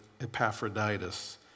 Epaphroditus